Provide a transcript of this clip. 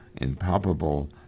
impalpable